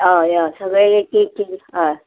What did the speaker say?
हय हय सगळें एक एक कील हय